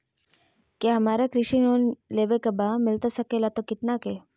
क्या हमारा कृषि लोन लेवे का बा मिलता सके ला तो कितना के?